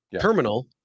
terminal